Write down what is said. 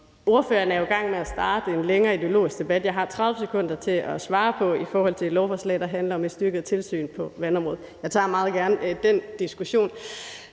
Spørgeren er jo i gang med at starte på en længere ideologisk debat. Jeg har 30 sekunder til at svare i forhold til et lovforslag, der handler om et styrket tilsyn på vandområdet, men jeg tager meget gerne den diskussion.